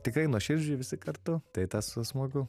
tikrai nuoširdžiai visi kartu tai tas smagu